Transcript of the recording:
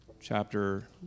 chapter